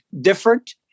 different